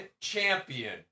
champion